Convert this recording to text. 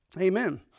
Amen